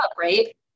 right